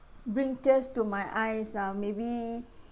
bring tears to my eyes ah maybe